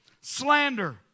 slander